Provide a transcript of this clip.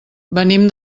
venim